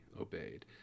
obeyed